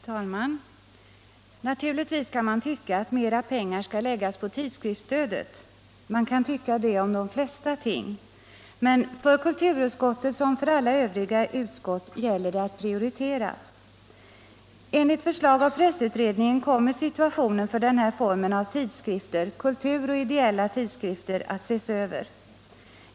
Herr talman! Naturligtvis kan man tycka att mer pengar skall läggas på tidskriftsstödet. Man kan tycka om de flesta ting att mer pengar skall ges till dem. Men för kulturutskottet som för alla övriga utskott gäller det att prioritera. Enligt förslag av pressutredningen kommer situationen för den här formen av tidskrifter, kulturtidskrifter och ideella tidskrifter att ses över.